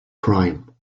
prime